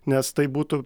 nes tai būtų